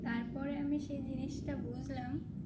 তারপরে আমি সেই জিনিসটা বুঝলাম